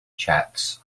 chats